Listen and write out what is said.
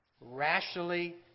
rationally